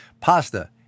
Pasta